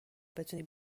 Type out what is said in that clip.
بتونی